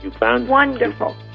Wonderful